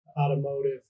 automotive